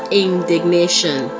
indignation